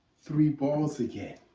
three balls again.